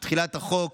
שתחילת החוק